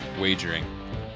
wagering